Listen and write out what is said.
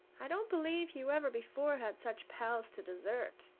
i don't believe you ever before had such pals to desert,